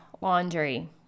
laundry